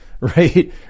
right